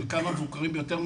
חלקם המבוקרים ביותר,